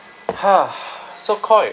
so koi